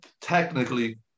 technically